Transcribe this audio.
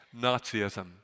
Nazism